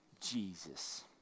Jesus